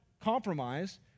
compromise